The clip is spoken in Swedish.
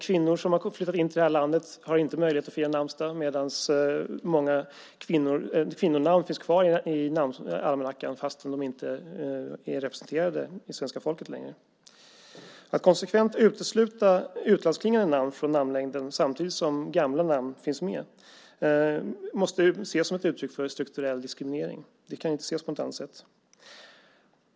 Kvinnor som har flyttat till det här landet har inte möjlighet att fira namnsdag, medan många kvinnonamn finns kvar i almanackan fast de inte längre är representerade bland det svenska folket. Att konsekvent utesluta utlandsklingande namn från namnlängden samtidigt som gamla namn finns med måste ses som ett uttryck för strukturell diskriminering. Det kan inte ses på något annat sätt.